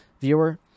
viewer